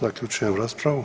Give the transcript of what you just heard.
Zaključujem raspravu.